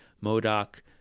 Modoc